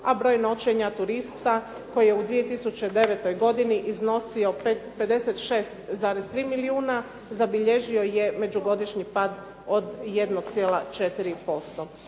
a broj noćenja turista koji je u 2009. godini iznosio 56,3 milijuna, zabilježio je međugodišnji pad od 1,4%.